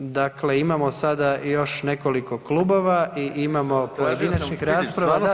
Dakle, imamo sada još nekoliko klubova i imamo pojedinačnih rasprava.